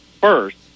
first